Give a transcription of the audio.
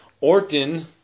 Orton